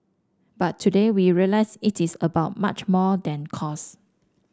but today we realise it is about much more than cost